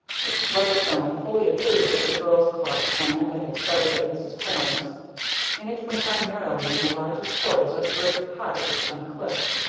mrs. weatherstone fully approved of the girls' club diantha had started at mrs. porne's and it went on merrily in the larger quarters of the great cottage on the cliff.